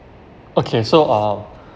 okay so uh